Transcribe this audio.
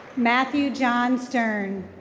matthew john stern.